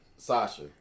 Sasha